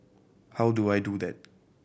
how do I do that